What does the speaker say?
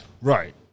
Right